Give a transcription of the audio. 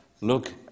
look